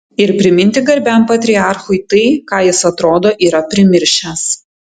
ir priminti garbiam patriarchui tai ką jis atrodo yra primiršęs